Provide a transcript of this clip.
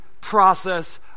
process